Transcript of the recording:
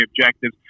objectives